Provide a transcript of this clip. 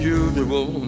usual